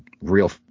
real